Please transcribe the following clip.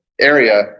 area